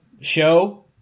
show